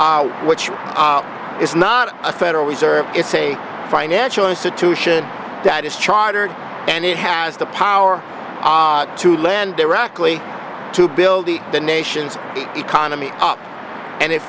which is not a federal reserve it's a financial institution that is chartered and it has the power to lend directly to build the the nation's economy up and it